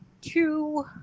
two